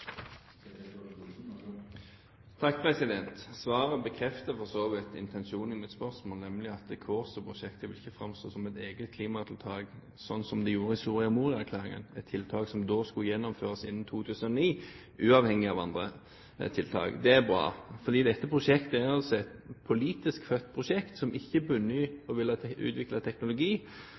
Svaret bekrefter for så vidt intensjonen i mitt spørsmål, nemlig at Kårstø-prosjektet ikke vil framstå som et eget klimatiltak slik som det gjorde i Soria Moria-erklæringen, et tiltak som da skulle gjennomføres innen 2009 uavhengig av andre tiltak. Det er bra, fordi dette prosjektet er et politisk født prosjekt som ikke bunner i utviklet teknologi.